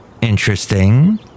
Interesting